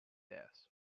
death